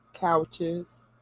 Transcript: couches